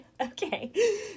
Okay